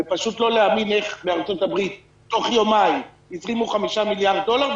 פשוט לא להאמין איך בארצות הברית תוך יומיים הזרימו 5 מיליארד דולר,